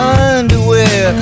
underwear